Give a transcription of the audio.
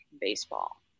baseball